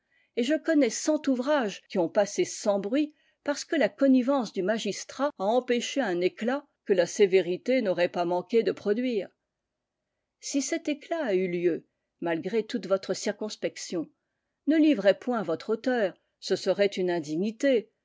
et je connais cent ouvrages qui ont passé sans bruit parce que la connivence du magistrat a empêché un éclat que la sévérité n'aurait pas manqué de produire si cet éclat a eu lieu malgré toute votre circonspection ne livrez point votre auteur ce serait une indignité